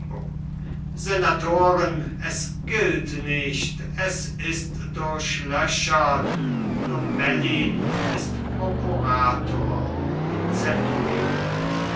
senatoren es gilt nicht es ist durchlöchert lomellin ist prokurator zenturione